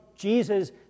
Jesus